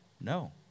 No